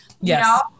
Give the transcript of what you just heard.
yes